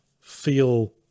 feel